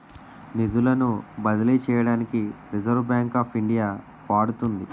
నిధులను బదిలీ చేయడానికి రిజర్వ్ బ్యాంక్ ఆఫ్ ఇండియా వాడుతుంది